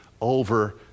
over